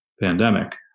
pandemic